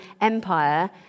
empire